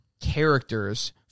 characters